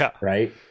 right